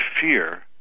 fear